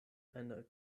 eine